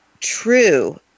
true